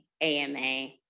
AMA